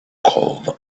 called